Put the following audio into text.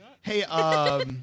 Hey